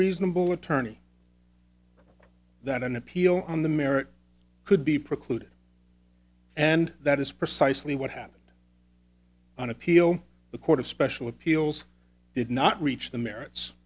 reasonable attorney that an appeal on the merits could be precluded and that is precisely what happened on appeal the court of special appeals did not reach the merits